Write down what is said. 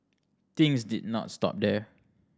things did not stop there